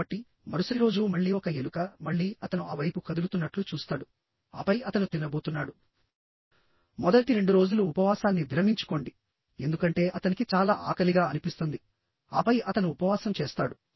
కాబట్టి మరుసటి రోజుమళ్ళీ ఒక ఎలుక మళ్ళీ అతను ఆ వైపు కదులుతున్నట్లు చూస్తాడుఆపై అతను తినబోతున్నాడుమొదటి రెండు రోజులు ఉపవాసాన్ని విరమించుకోండి ఎందుకంటే అతనికి చాలా ఆకలిగా అనిపిస్తుంది ఆపై అతను ఉపవాసం చేస్తాడు